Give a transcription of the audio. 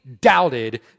doubted